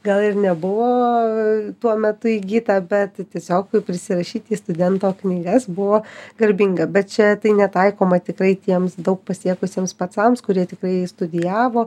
gal ir nebuvo tuo metu įgyta bet tiesiog prisirašyt į studento knygas buvo garbinga bet čia tai netaikoma tikrai tiems daug pasiekusiems pacams kurie tikrai studijavo